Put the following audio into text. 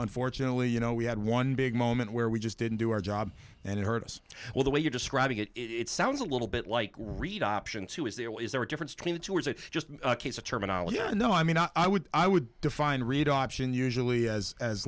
unfortunately you know we had one big moment where we just didn't do our job and it hurt us all the way you're describing it it sounds a little bit like reid options who was there was there a difference between the two or is it just a case of terminology you know i mean i would i would define read option usually as as